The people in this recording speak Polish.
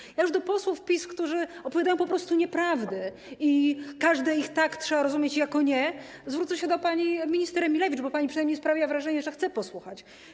Ja już zamiast do posłów PiS, którzy mówią po prostu nieprawdę i każde ich „tak” trzeba rozumieć jako „nie”, zwrócę się do pani minister Emilewicz, bo pani przynajmniej sprawia wrażenie, że chce posłuchać.